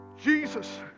Jesus